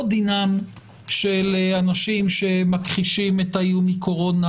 לא דינם של אנשים שמכחישים את האיום מקורונה